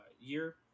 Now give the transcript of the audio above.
year